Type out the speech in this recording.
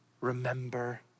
Remember